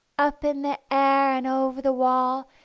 up in the air and over the wall,